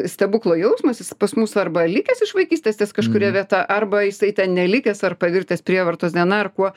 stebuklo jausmas jis pas mus arba likęs iš vaikystės ties kažkuria vieta arba jisai ten nelikęs ar pavirtęs prievartos diena ar kuo